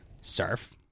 surf